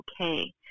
okay